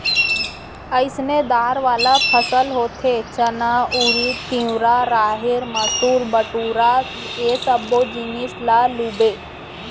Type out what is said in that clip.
अइसने दार वाला फसल होथे चना, उरिद, तिंवरा, राहेर, मसूर, बटूरा ए सब्बो जिनिस ल लूबे